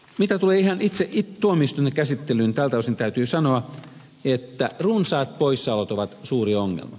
mitä tulee itse tuomioistuimen käsittelyyn tältä osin täytyy sanoa että runsaat poissaolot ovat suuri ongelma